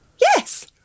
Yes